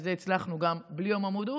ואת זה הצלחנו גם בלי יום המודעות.